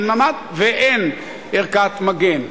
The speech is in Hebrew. אין ממ"ד ואין ערכת מגן.